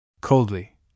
Coldly